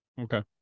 Okay